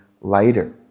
lighter